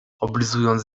oblizując